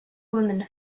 woman